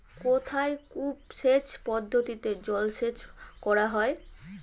কোথায় কূপ সেচ পদ্ধতিতে জলসেচ করা হয়?